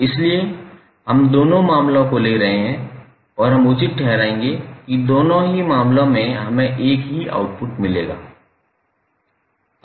इसलिए हम दोनों मामलों को ले रहे हैं और हम उचित ठहराएंगे कि दोनों ही मामलों में हमें एक ही आउटपुट मिलेगा